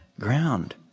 ground